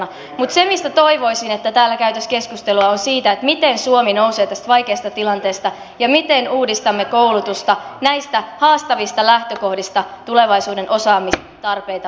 mutta se mistä toivoisin täällä käytävän keskusteluja on se miten suomi nousee tästä vaikeasta tilanteesta ja miten uudistamme koulutusta näistä haastavista lähtökohdista tulevaisuuden osaamistarpeita vastaavaksi